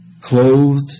clothed